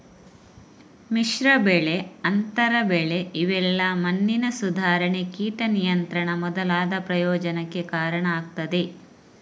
ಮಿಶ್ರ ಬೆಳೆ, ಅಂತರ ಬೆಳೆ ಇವೆಲ್ಲಾ ಮಣ್ಣಿನ ಸುಧಾರಣೆ, ಕೀಟ ನಿಯಂತ್ರಣ ಮೊದಲಾದ ಪ್ರಯೋಜನಕ್ಕೆ ಕಾರಣ ಆಗ್ತದೆ